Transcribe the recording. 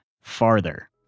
farther